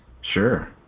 Sure